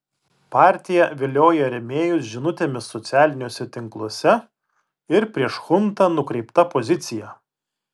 partija vilioja rėmėjus žinutėmis socialiniuose tinkluose ir prieš chuntą nukreipta pozicija